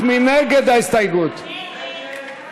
חברי הכנסת זהבה גלאון, אילן גילאון,